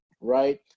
Right